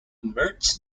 merge